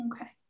Okay